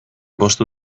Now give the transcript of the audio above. bost